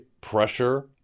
pressure